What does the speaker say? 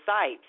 site